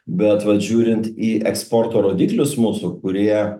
bet vat žiūrint į eksporto rodiklius mūsų kurie